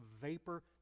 vapor